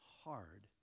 hard